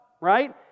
right